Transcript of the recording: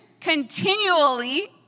continually